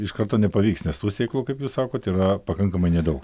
iš karto nepavyks nes tų sėklų kaip jūs sakote yra pakankamai nedaug